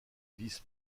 vice